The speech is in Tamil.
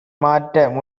மாற்ற